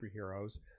superheroes